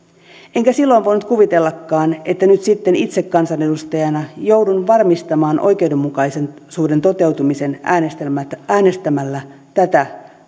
enkä silloin voinut kuvitellakaan että nyt sitten itse kansanedustajana joudun varmistamaan oikeudenmukaisuuden toteutumisen äänestämällä tätä